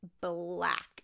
black